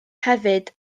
hefyd